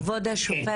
סליחה, כבוד השופטת.